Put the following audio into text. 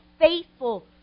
faithful